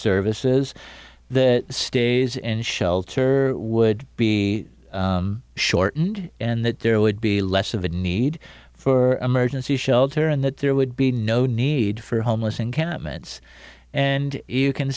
services that stays in shelter would be shortened and that there would be less of a need for emergency shelter and that there would be no need for homeless encampments and you can